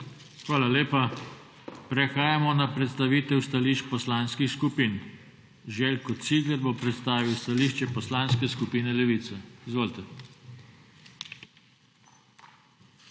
Hvala lepa. Prehajamo na predstavitev stališč poslanskih skupin. Željko Cigler bo predstavil stališče Poslanske skupine Levica. Izvolite. **ŽELJKO